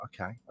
okay